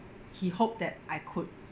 he hoped that I could